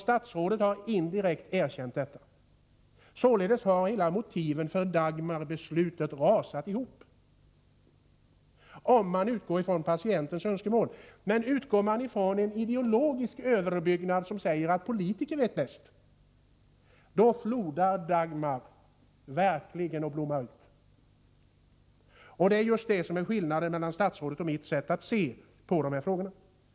Statsrådet har också indirekt erkänt detta. Således har hela motivet för Dagmarbeslutet rasat ihop — om man utgår från patientens önskemål. Utgår man från en ideologisk överbyggnad som säger att politiker vet bäst, då frodas Dagmar verkligen och blommar ut. Det är just detta som är skillnaden mellan statsrådets och mitt sätt att se på dessa frågor.